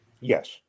Yes